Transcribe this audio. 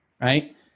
right